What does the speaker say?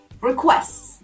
requests